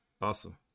Awesome